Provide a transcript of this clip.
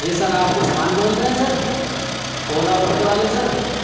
جی sir آپ عثمان بول رہے ہیں سر اولا اوبیر والے سر